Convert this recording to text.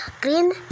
green